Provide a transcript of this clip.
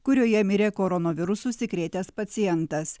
kurioje mirė koronavirusu užsikrėtęs pacientas